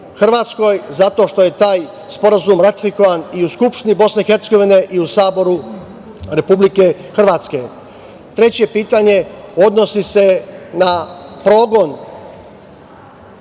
Hrvatskoj zato što je taj sporazum ratifikovan i u Skupštini BiH i u Saboru Republike Hrvatske. Treće pitanje odnosi se na progon,